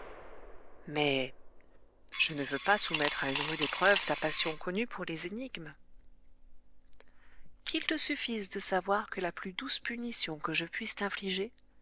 mais je ne veux pas soumettre à une rude épreuve ta passion connue pour les énigmes qu'il te suffise de savoir que la plus douce punition que je puisse t'infliger